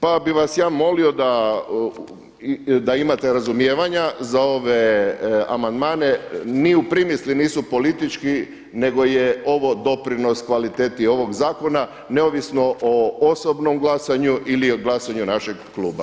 Pa bih vas ja molio da imate razumijevanja za ove amandmane, ni u primisli nisu politički nego je ovo doprinos kvaliteti ovog zakona neovisno o osobnog glasanju ili o glasanju našeg kluba.